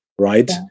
right